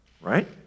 Right